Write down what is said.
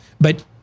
But-